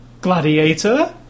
Gladiator